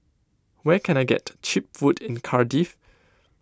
where can I get Cheap Food in Cardiff